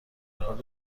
حال